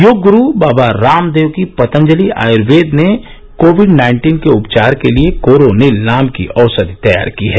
योग ग्रु बाबा रामदेव की पतंजलि आयुर्वेद ने कोविड नाइन्टीन के उपचार के लिए कोरोनिल नाम की औषधि तैयार की है